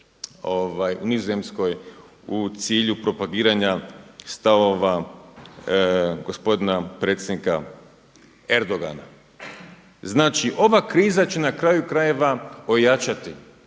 u Nizozemskoj u cilju propagiranja stavova gospodina predsjednika Erdogana. Znači ova kriza će na kraju krajeva ojačati